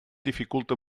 dificulta